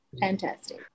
Fantastic